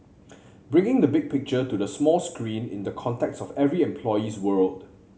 bringing the big picture to the small screen in the context of every employee's world